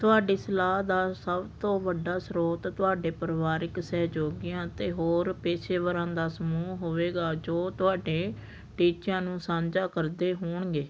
ਤੁਹਾਡੀ ਸਲਾਹ ਦਾ ਸਭ ਤੋਂ ਵੱਡਾ ਸਰੋਤ ਤੁਹਾਡੇ ਪਰਿਵਾਰਕ ਸਹਿਯੋਗੀਆਂ ਅਤੇ ਹੋਰ ਪੇਸ਼ੇਵਰਾਂ ਦਾ ਸਮੂਹ ਹੋਵੇਗਾ ਜੋ ਤੁਹਾਡੇ ਟੀਚਿਆਂ ਨੂੰ ਸਾਂਝਾ ਕਰਦੇ ਹੋਣਗੇ